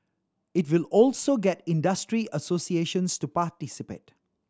it will also get industry associations to participate